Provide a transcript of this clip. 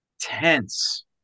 tense